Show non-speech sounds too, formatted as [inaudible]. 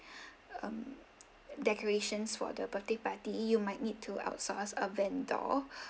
[breath] um decorations for the birthday party you might need to outsource a vendor